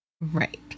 Right